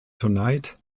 tonight